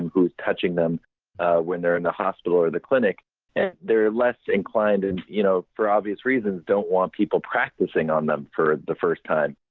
who is touching them when they're in the hospital or the clinic and they're less inclined and you know for obvious reasons, don't want people practicing on them for the first time.